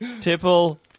Tipple